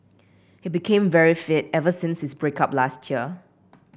he became very fit ever since his break up last year